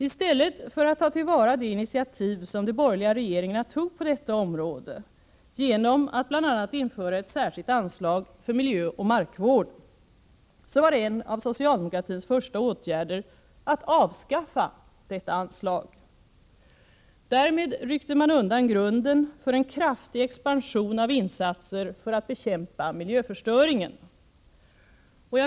Istället för att ta till vara de initiativ som de borgerliga regeringarna tog på detta område, genom att bl.a. införa ett särskilt anslag för miljöoch markvård, var en av socialdemokratins första åtgärder att avskaffa detta anslag. Därmed ryckte man undan grunden för en kraftig expansion av insatser för att bekämpa miljöförstöringen.